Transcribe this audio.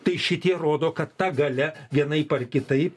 tai šitie rodo kad ta galia vienaip ar kitaip